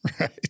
Right